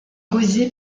causée